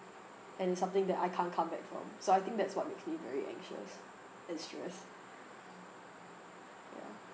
and it's something that I can't come back from so I think that's what makes me very anxious and stress ya